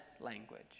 language